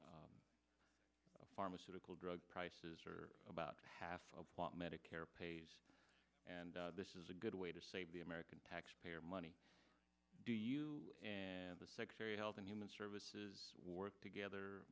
e pharmaceutical drug prices are about half of what medicare pays and this is a good way to save the american taxpayer money do you and the secretary of health and human services work together